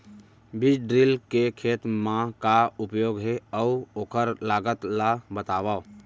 बीज ड्रिल के खेत मा का उपयोग हे, अऊ ओखर लागत ला बतावव?